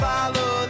Follow